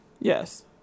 Yes